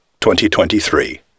2023